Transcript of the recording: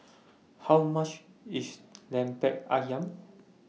How much IS Lemper Ayam